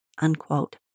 Unquote